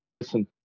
listen